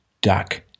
duck